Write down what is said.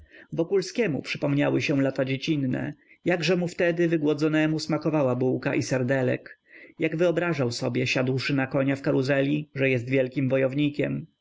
tłum wokulskiemu przypomniały się lata dziecinne jakże mu wtedy wygłodzonemu smakowała bułka i serdelek jak wyobrażał sobie siadłszy na konia w karuzeli że jest wielkim wojownikiem